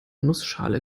nussschale